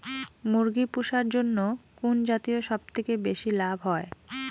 মুরগি পুষার জন্য কুন জাতীয় সবথেকে বেশি লাভ হয়?